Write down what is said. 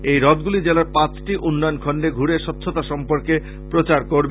এই রথগুলি জেলার পাঁচটি উন্নয়ন খন্ডে ঘুরে স্বচ্ছতা সর্ম্পকে প্রচার করবে